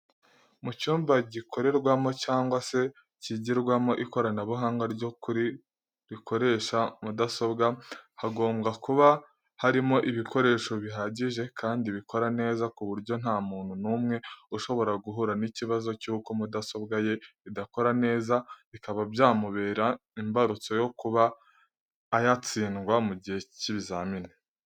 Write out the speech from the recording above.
Mu cyumba gikorerwamo cyangwa se kigirwamo ikoranabunga ryo kuri rikoresha mudasobwa, hagomba kuba harimo ibikoresho bihagije kandi bikora neza ku buryo nta muntu numwe ushobora guhura n'ikibazo cyuko mudasobwa ye idakora neza bikaba byamubera imbarutso y o kuba ayatsindwa mu gihe cy'ibizamini.